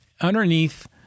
underneath